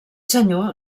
senyor